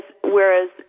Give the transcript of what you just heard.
whereas